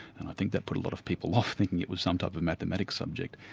and i think that put a lot of people off, thinking it was some type of mathematic subject.